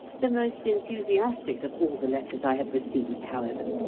the most enthusiastic of all the letters i have received, however,